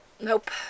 Nope